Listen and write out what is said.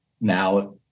now